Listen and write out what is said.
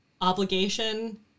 obligation